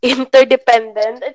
Interdependent